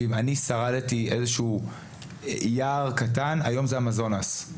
ואם אני שרדתי יער קטן, היום זה אמזונס.